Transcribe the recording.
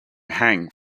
hang